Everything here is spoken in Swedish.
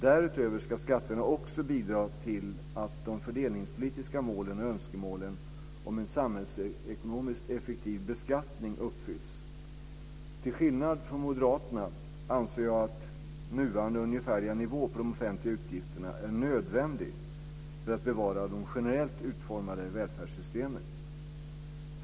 Därutöver ska skatterna också bidra till att de fördelningspolitiska målen och önskemålen om en samhällsekonomiskt effektiv beskattning uppfylls. Till skillnad från moderaterna anser jag att nuvarande ungefärliga nivå på de offentliga utgifterna är nödvändig för att bevara de generellt utformade välfärdssystemen.